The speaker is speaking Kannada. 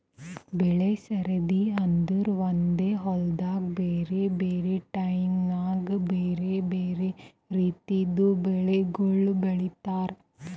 ಬೆಳೆ ಸರದಿ ಅಂದುರ್ ಒಂದೆ ಹೊಲ್ದಾಗ್ ಬ್ಯಾರೆ ಬ್ಯಾರೆ ಟೈಮ್ ನ್ಯಾಗ್ ಬ್ಯಾರೆ ಬ್ಯಾರೆ ರಿತಿದು ಬೆಳಿಗೊಳ್ ಬೆಳೀತಾರ್